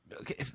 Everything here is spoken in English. Okay